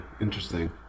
Interesting